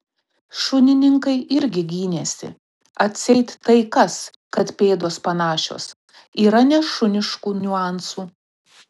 šunininkai irgi gynėsi atseit tai kas kad pėdos panašios yra nešuniškų niuansų